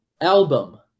album